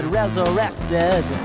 resurrected